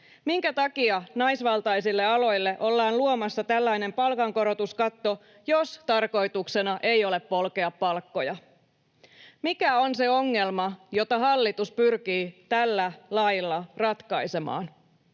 Minkä takia naisvaltaisille aloille ollaan luomassa tällainen palkankorotuskatto, jos tarkoituksena ei ole polkea palkkoja? Mikä on se ongelma, jota hallitus pyrkii tällä lailla ratkaisemaan?